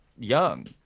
young